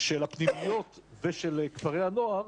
של הפנימיות ושל כפרי הנוער,